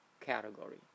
category